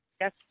Yes